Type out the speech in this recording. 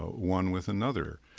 one with another